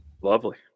Lovely